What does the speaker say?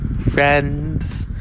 Friends